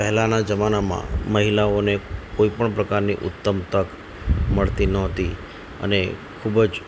પહેલાંના જમાનામાં મહિલાઓને કોઈપણ પ્રકારની ઉત્તમ તક મળતી નહોતી અને ખૂબ જ